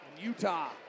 Utah